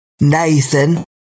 Nathan